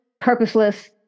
purposeless